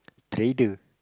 trader